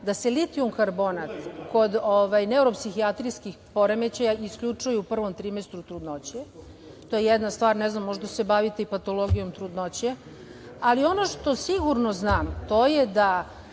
da se litijum karbonat kod neuropsihijatrijskih poremećaja isključuje prvom trimestru trudnoće, to je jedna stvar, ne znam možda se bavite i patologijom trudnoće, ali ono što sigurno znam to je da